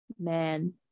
man